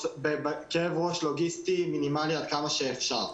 ב"כאב ראש" לוגיסטי, מינימלי עד כמה שאפשר.